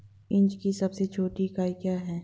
Inch की सबसे छोटी इकाई क्या है?